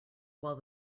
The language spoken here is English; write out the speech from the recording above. while